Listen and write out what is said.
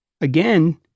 Again